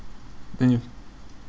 then you